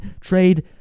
Trade